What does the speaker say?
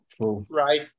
Right